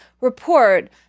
report